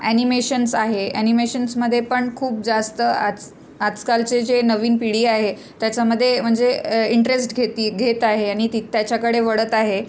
animations आहे ॲनिमेशन्समध्ये पण खूप जास्त आज आजकालचे जे नवीन पिढी आहे त्याच्यामध्ये म्हणजे इंटरेस्ट घेते आहे घेत आहे आणि ती त्याच्याकडे वळत आहे